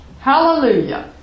Hallelujah